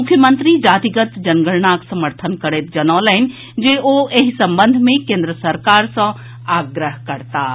मुख्यमंत्री जातिगत जनगणनाक समर्थन करैत जनौलनि जे ओ एहि संबंध मे केन्द्र सरकार सँ आग्रह करताह